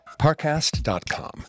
Parcast.com